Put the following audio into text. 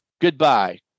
Goodbye